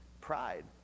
pride